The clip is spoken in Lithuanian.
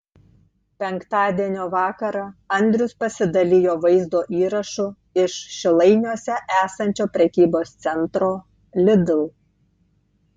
penktadienio vakarą andrius pasidalijo vaizdo įrašu iš šilainiuose esančio prekybos centro lidl